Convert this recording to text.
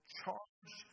charge